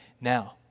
now